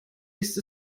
ist